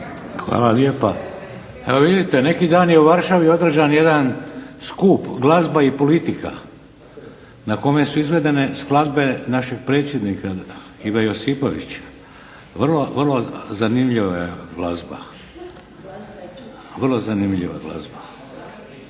Hvala lijepa. Evo vidite, neki dan je u Varšavi održan jedan skup "Glazba i politika" na kome su izvedene skladbe našeg predsjednika Ive Josipovića, vrlo zanimljiva glazba. Treba ju poslušati.